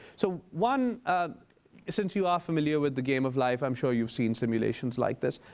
so one since you are familiar with the game of life, i'm sure you've seen simulations like this.